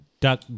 duck